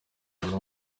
nyuma